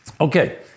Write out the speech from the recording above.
Okay